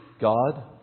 god